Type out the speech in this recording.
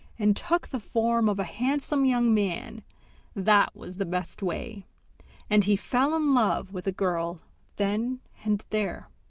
and took the form of a handsome young man that was the best way and he fell in love with the girl then and there.